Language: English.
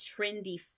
trendy